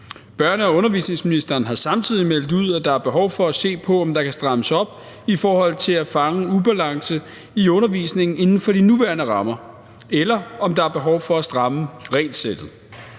Børne- og undervisningsministeren har samtidig meldt ud, at der er behov for at se på, om der kan strammes op i forhold til at fange en ubalance i undervisningen inden for de nuværende rammer, eller om der er behov for at stramme regelsættet.